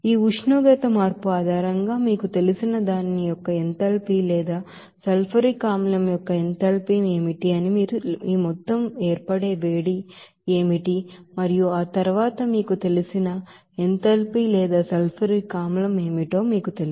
ఈ ఉష్ణోగ్రత మార్పు కారణంగా మీకు తెలిసిన దాని యొక్క ఎంథాల్పీ లేదా సల్ఫ్యూరిక్ ಆಸಿಡ್ యొక్క ఎంథాల్పీ ఏమిటి అని మీరు ఈ మొత్తం ఏర్పడే వేడి ఏమిటి మరియు తరువాత మీకు తెలిసిన ఎంథాల్పీ లేదా సల్ఫ్యూరిక్ ಆಸಿಡ್ ఏమిటో మీకు తెలుసు